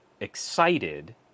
excited